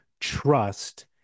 trust